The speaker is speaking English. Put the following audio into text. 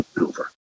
Over